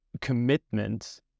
commitment